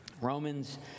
Romans